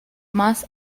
más